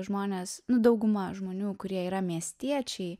žmonės nu dauguma žmonių kurie yra miestiečiai